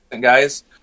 guys